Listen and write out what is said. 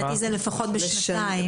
לדעתי זה לפחות בשנתיים.